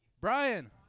Brian